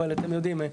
אבל אתם יודעים,